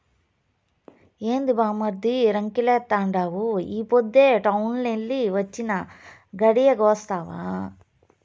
ఏంది బామ్మర్ది రంకెలేత్తండావు ఈ పొద్దే టౌనెల్లి వొచ్చినా, గడియాగొస్తావా